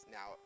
Now